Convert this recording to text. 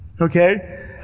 Okay